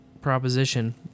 proposition